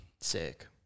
Sick